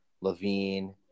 Levine